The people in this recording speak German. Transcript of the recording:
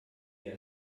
ihr